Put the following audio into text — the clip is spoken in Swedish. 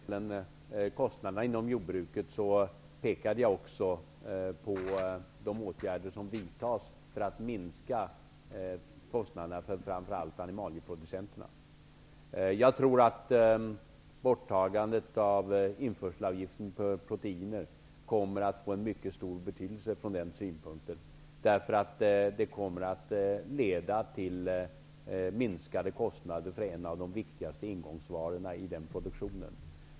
Herr talman! När det gäller kostnaderna inom jordbruket pekade jag på de åtgärder som vidtas för att minska kostnaderna för framför allt animalieproducenterna. Jag tror att borttagandet av införselavgiften på proteiner kommer att få en mycket stor betydelse i detta avseende. Det kommer att leda till minskade kostnader för en av de viktigaste ingångsvarorna i produktionen.